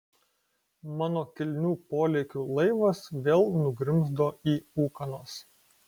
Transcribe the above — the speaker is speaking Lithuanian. mano kilnių polėkių laivas vėl nugrimzdo į ūkanas